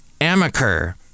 Amaker